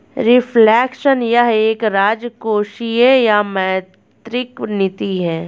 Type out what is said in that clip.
reflection यह एक राजकोषीय या मौद्रिक नीति है